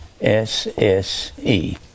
S-S-E